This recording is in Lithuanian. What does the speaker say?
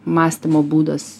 mąstymo būdas